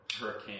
Hurricane